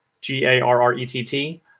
G-A-R-R-E-T-T